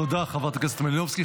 תודה, חברת הכנסת מלינובסקי.